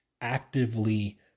actively